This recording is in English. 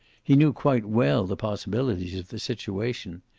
he knew quite well the possibilities of the situation.